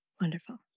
Wonderful